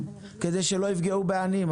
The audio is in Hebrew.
כדי שלא יפגעו בעניים,